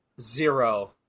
Zero